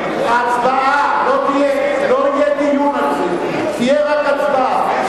לא יהיה דיון על זה, תהיה רק הצבעה.